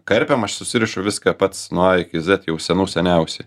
karpiam aš susirišu viską pats nuo a iki zet jau senų seniausiai